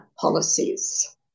policies